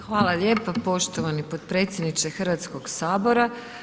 Hvala lijepo poštovani potpredsjedniče Hrvatskog sabora.